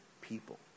people